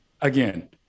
again